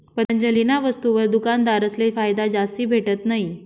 पतंजलीना वस्तुसवर दुकानदारसले फायदा जास्ती भेटत नयी